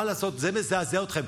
מה לעשות, זה מזעזע אתכם.